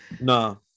No